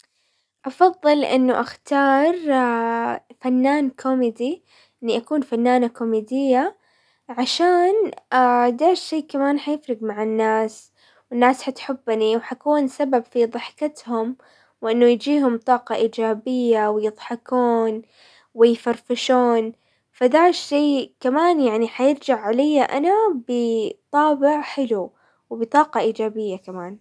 افضل انه اختار فنان كوميديز اني اكون فنانة كوميدية عشان دا الشي كمان حيفرق مع الناس، والناس حتحبني وحكون سبب في ضحكتهم وانه يجيهم طاقة ايجابية ويضحكون ويفرفشون، فدا الشي كمان يعني حيرجع عليا انا بطابع حلو وبطاقة ايجابية كمان.